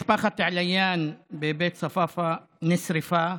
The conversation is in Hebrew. משפחת עליאן בבית צפאפא נשרפה,